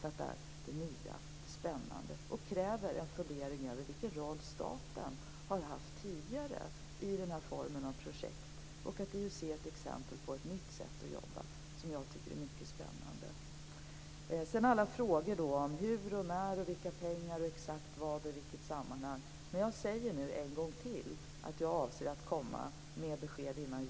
De är det nya, det spännande, och kräver en fundering över vilken roll staten tidigare har haft i den här formen av projekt. Det ställdes vidare frågor om hur, när och vilka pengar, exakt vad och i vilket sammanhang. Jag säger nu en gång till att jag avser att komma med besked i juni.